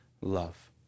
love